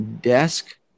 desk